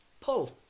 pull